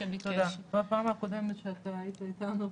בפעם הקודמת שאתה היית איתנו פה,